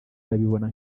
babibona